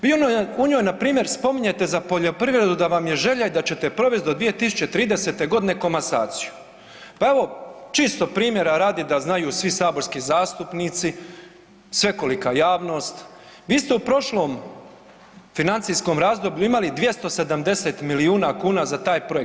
Vi u noj npr. Spominjete za poljoprivredu da vam je želja i da ćete provesti do 2030.g. komasaciju, pa evo čisto primjera radi da znaju svi saborski zastupnici, svekolika javnost, vi ste u prošlom financijskom razdoblju imali 270 milijuna kuna za taj projekt.